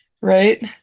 right